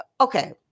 Okay